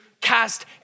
cast